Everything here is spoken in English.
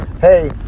hey